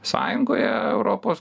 sąjungoje europos